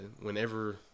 Whenever –